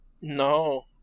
No